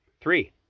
Three